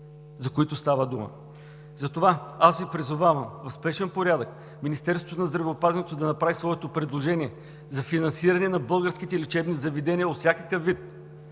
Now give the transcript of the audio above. за които става дума. Затова аз Ви призовавам в спешен порядък Министерството на здравеопазването да направи своето предложение за финансиране на българските лечебни заведения от всякакъв вид,